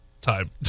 time